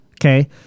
okay